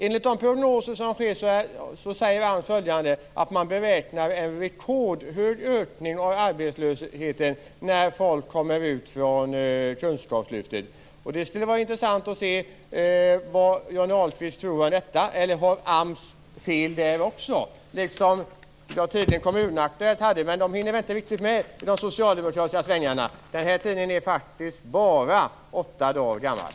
Enligt AMS prognoser blir det en rekordhög ökning av arbetslösheten när folk kommer ut från kunskapslyftet. Det skulle vara intressant att höra vad Johnny Ahlqvist tror om detta. Har AMS fel också, liksom tydligen Kommun Aktuellt hade. Men där hinner de väl inte med i de socialdemokratiska svängarna. Den här tidningen är faktiskt bara åtta dagar gammal.